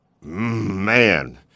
man